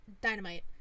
dynamite